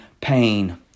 pain